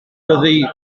fyddi